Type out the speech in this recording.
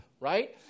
right